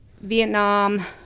Vietnam